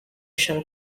sean